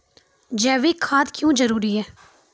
जैविक खाद क्यो जरूरी हैं?